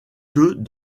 que